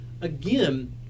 again